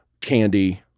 Candy